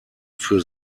für